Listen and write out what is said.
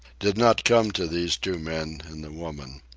did not come to these two men and the woman.